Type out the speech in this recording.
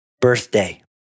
birthday